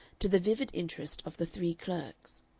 to the vivid interest of the three clerks.